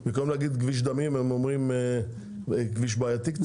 שבמקום להגיד כביש דמים הם אומרים כביש קצת בעייתי?